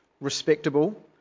respectable